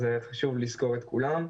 אז חשוב לזכור את כולם.